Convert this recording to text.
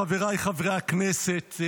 חבריי חברי הכנסת,